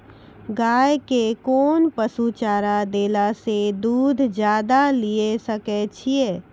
गाय के कोंन पसुचारा देला से दूध ज्यादा लिये सकय छियै?